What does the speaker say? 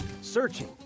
searching